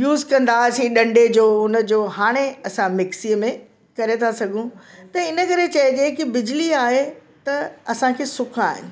use कंदा हुआसीं डंडे जो उनजो हाणे असां मिक्सीअ में करे था सघूं त इन करे चइजे की बिजली आहे त असांखे सुख आहे